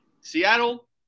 Seattle